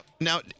now